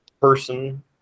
person